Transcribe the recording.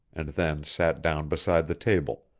and then sat down beside the table,